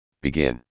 begin